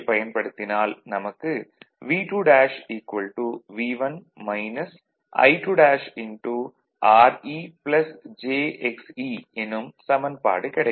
பயன்படுத்தினால் நமக்கு V2' V1 I2'Re jXe எனும் சமன்பாடு கிடைக்கும்